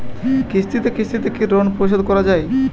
কিস্তিতে কিস্তিতে কি ঋণ পরিশোধ করা য়ায়?